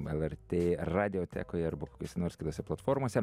lrt radiotekoje arba kokiose nors kitose platformose